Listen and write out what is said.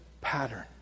pattern